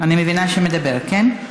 אני מבינה שמדבר, כן?